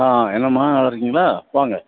ஆ என்னம்மா நல்லா இருக்கிங்களா வாங்க